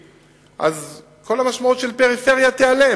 אז כל המשמעות של פריפריה תיעלם.